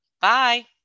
Bye